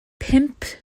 pump